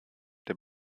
der